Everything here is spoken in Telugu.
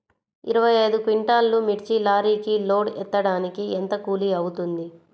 ఇరవై ఐదు క్వింటాల్లు మిర్చి లారీకి లోడ్ ఎత్తడానికి ఎంత కూలి అవుతుంది?